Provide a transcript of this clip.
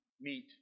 meet